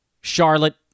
Charlotte